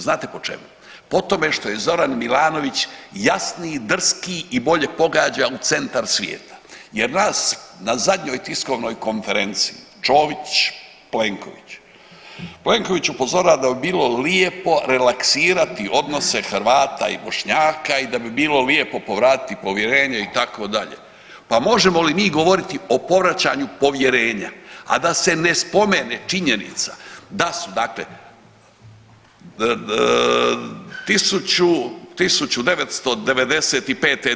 Znate po čemu, po tome što je Zoran Milanović jasniji, drskiji i bolje pogađa u centar svijeta jer nas na zadnjoj tiskovnoj konferenciji Čović – Plenković, Plenković upozorava da bi bilo lijepo relaksirati odnose Hrvata i Bošnjaka i da bi bilo lijepo povratiti povjerenje itd., pa možemo li mi govoriti o povraćanju povjerenja, a da se ne spomene činjenica da su dakle 1995.